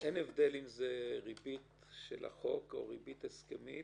אין הבדל אם זה ריבית של החוק, או ריבית הסכמית